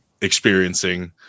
experiencing